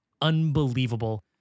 unbelievable